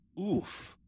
Oof